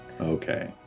Okay